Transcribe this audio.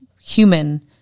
human